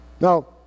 Now